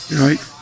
right